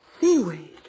Seaweed